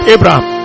Abraham